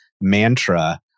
mantra